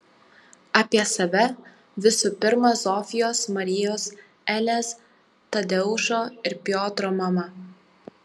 apie save visų pirma zofijos marijos elės tadeušo ir piotro mama